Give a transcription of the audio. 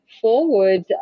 forward